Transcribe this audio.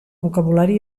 vocabulari